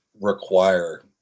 require